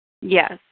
Yes